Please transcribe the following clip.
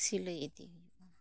ᱥᱤᱞᱟᱹᱭ ᱤᱫᱤ